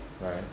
Right